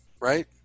right